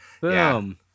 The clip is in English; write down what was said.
boom